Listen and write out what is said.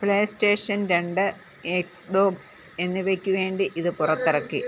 play station രണ്ട് Xbox എന്നിവയ്ക്ക് വേണ്ടി ഇത് പുറത്തിറക്കി